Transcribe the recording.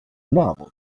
novel